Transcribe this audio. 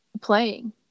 playing